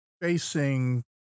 facing